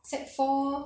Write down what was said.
sec four